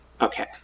Okay